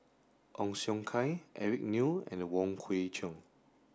Ong Siong Kai Eric Neo and Wong Kwei Cheong